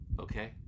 Okay